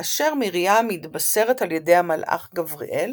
כאשר מרים מתבשרת על ידי המלאך גבריאל